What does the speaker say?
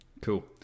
Cool